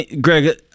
Greg